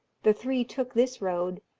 the three took this road,